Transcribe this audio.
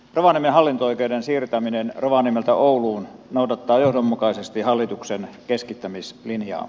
rovaniemen hallinto oikeuden siirtäminen rovaniemeltä ouluun noudattaa johdonmukaisesti hallituksen keskittämislinjaa